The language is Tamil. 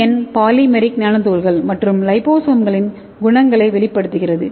என் பாலிமெரிக் நானோ துகள்கள் மற்றும் லிபோசோம்களின் குணங்களை வெளிப்படுத்துகிறது